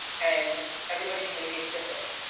and everybody communicates differently.